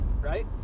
right